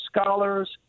scholars